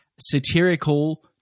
satirical